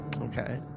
okay